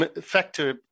factor